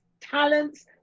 talents